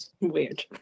Weird